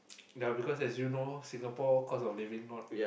ya because as you know Singapore cost of living not